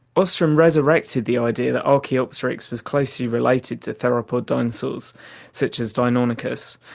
ostrom resurrected the idea that archaeopteryx was closely related to theropod dinosaurs such as deinonychus,